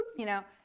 you know.